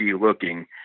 looking